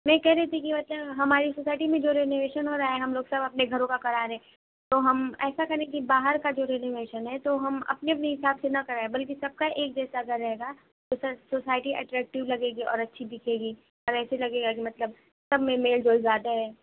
میں یہ کہہ رہی تھی کہ ویسا ہماری سوسائٹی میں جو رینوویشن ہم لوگ سب اپنے گھروں کا کرا رہے ہیں تو ہم ایسا کریں کہ باہر کا جو رینوویشن ہے تو ہم اپنے اپنے حساب سے نہ کرائیں بلکہ سب کا ایک جیسا گھر رہے گا سوسائی سوسائٹی ایکریکٹیو لگے گی اور اچھی دکھے گی اور ایسا لگے گا کہ مطلب سب میں میل جول زیادہ ہے